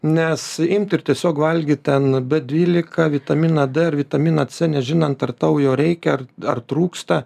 nes imti ir tiesiog valgyt ten b dvylika vitaminą d ir vitaminą c nežinant ar tau jo reikia ar ar trūksta